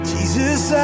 Jesus